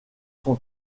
son